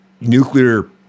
nuclear